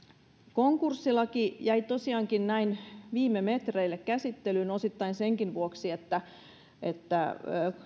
konkurssilaki jäi tosiaankin näin viime metreille käsittelyyn osittain senkin vuoksi että että